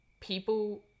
people